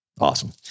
awesome